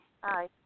Hi